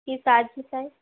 কি সাহায্য চাই